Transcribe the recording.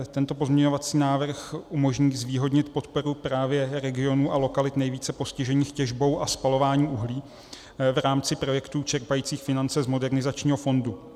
Tento pozměňovací návrh umožní zvýhodnit podporu právě regionů a lokalit nejvíce postižených těžbou a spalováním uhlí v rámci projektů čerpajících finance z Modernizačního fondu.